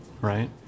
right